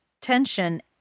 tension